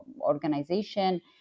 organization